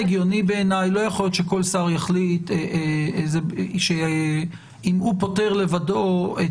לא יכול להיות שכל שר יחליט אם הוא פוטר לבדו,